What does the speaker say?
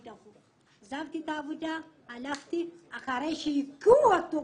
עזבתי את העבודה, הלכתי, אחרי שהיכו אותו.